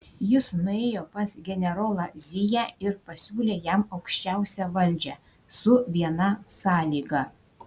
jis nuėjo pas generolą ziją ir pasiūlė jam aukščiausią valdžią su viena sąlyga